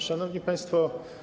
Szanowni Państwo!